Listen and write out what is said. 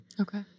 okay